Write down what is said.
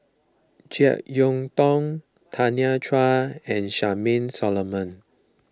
Jek Yeun Thong Tanya Chua and Charmaine Solomon